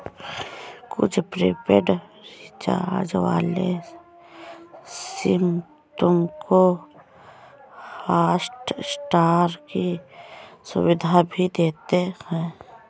कुछ prepaid recharge वाले SIM तुमको हॉटस्टार की सुविधा भी देते हैं